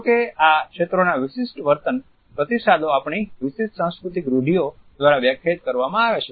જો કે આ ક્ષેત્રોના વિશિષ્ટ વર્તન પ્રતિસાદો આપણી વિશિષ્ટ સાંસ્કૃતિક રૂઢિઓ દ્વારા વ્યાખ્યાયિત કરવામાં આવે છે